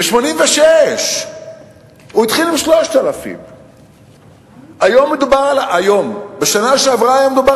ב-1986 הוא התחיל עם 3,000. בשנה שעברה היה מדובר